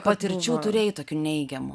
patirčių turėjai tokių neigiamų